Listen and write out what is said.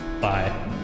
Bye